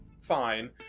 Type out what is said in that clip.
fine